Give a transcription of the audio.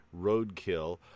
Roadkill